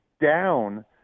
down